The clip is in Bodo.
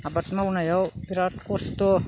आबाद मावनायाव बिराद खस्थ'